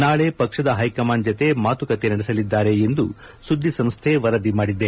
ನಾಳೆ ಪಕ್ಷದ ಹೈಕಮಾಂಡ್ ಜತೆ ಮಾತುಕತೆ ನಡೆಸಲಿದ್ದಾರೆ ಎಂದು ಸುದ್ದಿಸಂಸ್ಥೆ ವರದಿ ಮಾಡಿದೆ